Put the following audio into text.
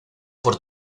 por